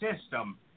system